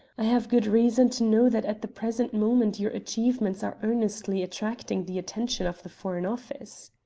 i have good reason to know that at the present moment your achievements are earnestly attracting the attention of the foreign office.